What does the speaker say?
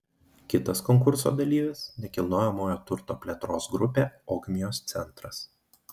kitas konkurso dalyvis nekilnojamojo turto plėtros grupė ogmios centras